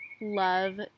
love